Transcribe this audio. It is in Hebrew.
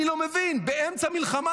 אני לא מבין, באמצע מלחמה.